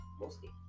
mostly